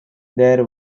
they